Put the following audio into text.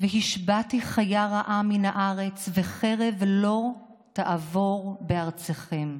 והשבתי חיה רעה מן הארץ וחרב לא תעבר בארצכם".